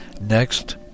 next